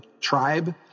tribe